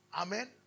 Amen